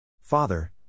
Father